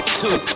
two